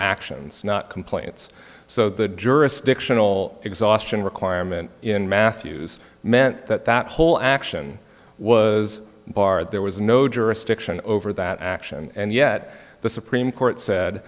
actions not complaints so the jurisdictional exhaustion requirement in matthews meant that that whole action was barred there was no jurisdiction over that action and yet the supreme court said